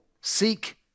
seek